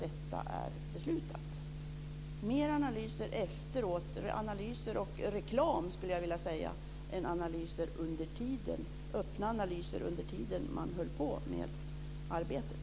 Det har varit fler analyser efteråt, och reklam, än öppna analyser medan man höll på med arbetet.